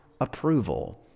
approval